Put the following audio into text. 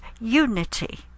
unity